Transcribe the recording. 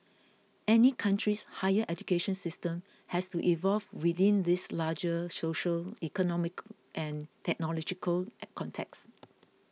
any country's higher education system has to evolve within these larger social economic and technological at contexts